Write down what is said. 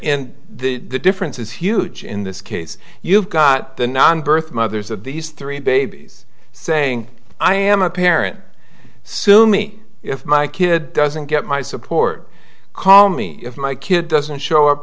and the difference is huge in this case you've got the non birth mothers of these three babies saying i am a parent sue me if my kid doesn't get my support call me if my kid doesn't show up